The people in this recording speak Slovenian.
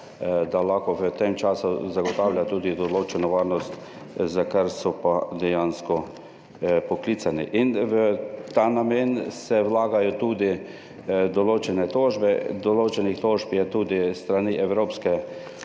da lahko v tem času zagotavlja tudi določeno varnost, za kar so pa dejansko poklicani. V ta namen se vlagajo tudi določene tožbe. Določene tožbe so bile tudi s strani evropskih